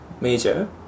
Major